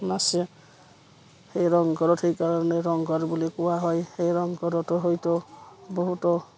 নাচে সেই ৰংঘৰত সেইকাৰণে ৰংঘৰ বুলি কোৱা হয় সেই ৰংঘৰতো হয়তো বহুতো